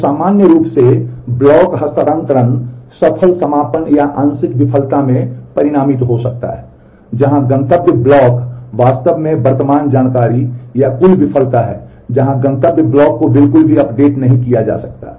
तो सामान्य रूप से ब्लॉक हस्तांतरण सफल समापन या आंशिक विफलता में परिणामित हो सकता है जहां गंतव्य ब्लॉक वास्तव में वर्तमान जानकारी या कुल विफलता है जहां गंतव्य ब्लॉक को बिल्कुल भी अपडेट नहीं किया जा सकता है